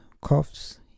coughs